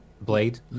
blade